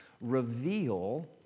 reveal